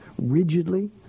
rigidly